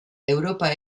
europa